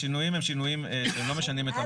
השינויים לא משנים את המהות עקרונית.